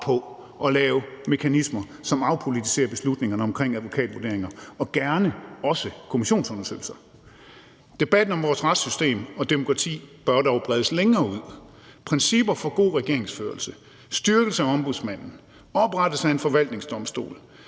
på at lave mekanismer, som afpolitiserer beslutningerne omkring advokatvurderinger og gerne også kommissionsundersøgelser. Debatten om vores retssystem og demokrati bør dog bredes længere ud. Principper for god regeringsførelse, styrkelse af Ombudsmanden, oprettelse af en forvaltningsdomstol